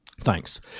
Thanks